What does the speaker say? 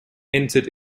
entered